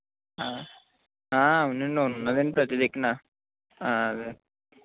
అవునండి ఉన్నాదండి ప్రతి దిక్కున అదే